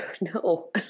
no